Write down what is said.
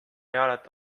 jalad